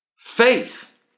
Faith